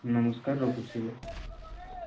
ନମସ୍କାର ରଖୁଛି ହେଲେ